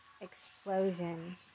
explosion